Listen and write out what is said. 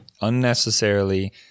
Unnecessarily